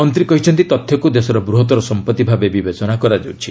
ମନ୍ତ୍ରୀ କହିଛନ୍ତି ତଥ୍ୟକୁ ଦେଶର ବୃହତ୍ତର ସମ୍ପତ୍ତି ଭାବେ ବିବେଚନା କରାଯାଉଛି